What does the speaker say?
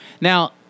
Now-